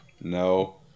No